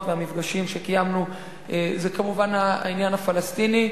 והמפגשים שקיימנו זה כמובן העניין הפלסטיני.